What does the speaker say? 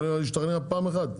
הם יכולים להשתכנע פעם אחת.